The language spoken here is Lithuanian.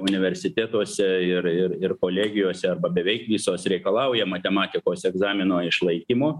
universitetuose ir ir ir kolegijose arba beveik visos reikalauja matematikos egzamino išlaikymo